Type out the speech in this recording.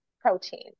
protein